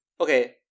okay